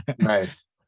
Nice